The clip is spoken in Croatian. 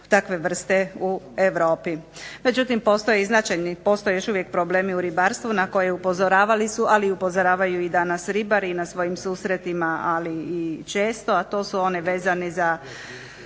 takve vrste u Europi. Međutim, postoje još uvijek problemi u ribarstvu na koje upozoravali su ali i još i danas upozoravaju ribari i na svojim susretima često, a to su oni vezani za